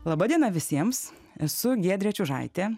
laba diena visiems esu giedrė čiužaitė